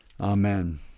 Amen